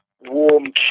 Warm